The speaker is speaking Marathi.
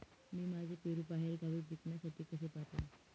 मी माझे पेरू बाहेरगावी विकण्यासाठी कसे पाठवू?